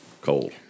cold